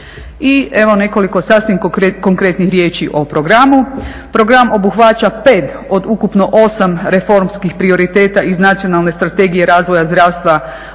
I evo nekoliko sasvim konkretnih riječi o programu. Program obuhvaća pet od ukupno 8 reformskih prioriteta iz Nacionalne strategije razvoja zdravstva